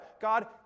God